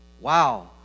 Wow